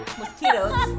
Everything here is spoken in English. Mosquitoes